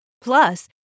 Plus